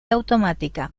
automática